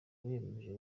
biyemeje